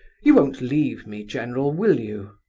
you won't leave me, general, will you?